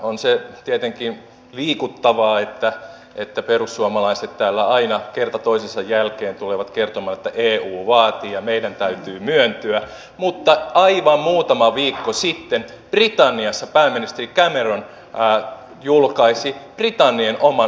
on se tietenkin liikuttavaa että perussuomalaiset täällä aina kerta toisensa jälkeen tulevat kertomaan että eu vaatii ja meidän täytyy myöntyä mutta aivan muutama viikko sitten britanniassa pääministeri cameron julkaisi britannian oman sokeriveron